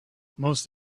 most